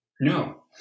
No